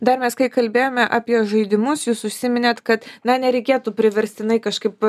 dar mes kai kalbėjome apie žaidimus jūs užsiminėt kad na nereikėtų priverstinai kažkaip